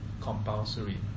compulsory